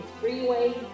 Freeway